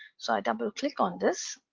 so i double click on this